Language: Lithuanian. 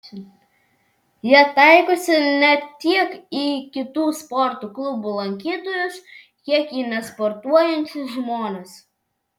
jie taikosi ne tiek į kitų sporto klubų lankytojus kiek į nesportuojančius žmones